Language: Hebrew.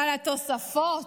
אבל התוספות,